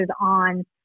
on